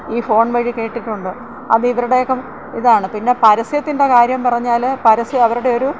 ഈ ഫോൺ വഴി കേട്ടിട്ടുണ്ട് അത് ഇവരുടെയൊക്കെ ഇതാണ് പിന്നെ പരസ്യത്തിൻ്റെ കാര്യം പറഞ്ഞാൽ പരസ്യം അവരുടെ ഒരു